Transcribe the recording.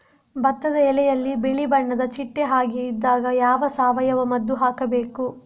ಭತ್ತದ ಎಲೆಯಲ್ಲಿ ಬಿಳಿ ಬಣ್ಣದ ಚಿಟ್ಟೆ ಹಾಗೆ ಇದ್ದಾಗ ಯಾವ ಸಾವಯವ ಮದ್ದು ಹಾಕಬೇಕು?